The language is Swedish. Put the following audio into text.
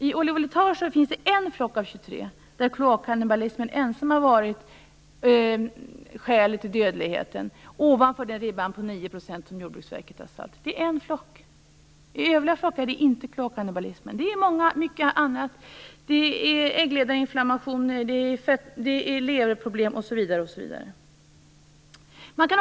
I Oli Voletage-system har i endast en flock av 23 kloakkannibalism varit skälet till dödligheten ovanför den ribba om 9 % som Jordbruksverket har satt upp. I övriga flockar är det inte fråga om kloakkannibalism utan om mycket annat: äggledarinflammationer, leverproblem osv.